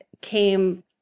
came